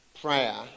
prayer